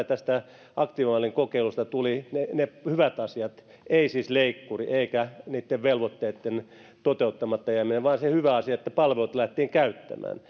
tästä aktiivimallin kokeilusta tuli ne ne hyvät asiat ei siis leikkuri eikä niitten velvoitteitten toteuttamatta jääminen vaan se hyvä asia että palveluita lähdettiin käyttämään